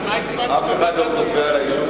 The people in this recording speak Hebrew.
אבל מה הצבעת בוועדת השרים?